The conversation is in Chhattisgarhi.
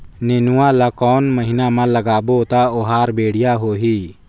नेनुआ ला कोन महीना मा लगाबो ता ओहार बेडिया होही?